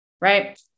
right